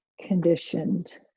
conditioned